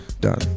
done